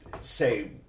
say